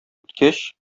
үткәч